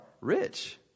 rich